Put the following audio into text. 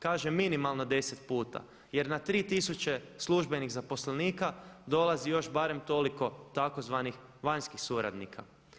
Kaže minimalno 10 puta jer na 3 tisuće službenih zaposlenika dolazi još barem toliko tzv. vanjskih suradnika.